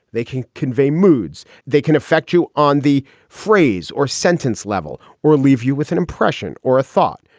they can convey moods. they can affect you on the phrase or sentence level or leave you with an impression or a thought.